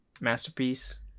Masterpiece